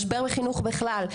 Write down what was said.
משבר בחינוך בכלל,